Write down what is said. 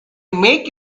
make